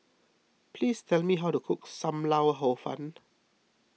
please tell me how to cook Sam Lau Hor Fun